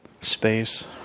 space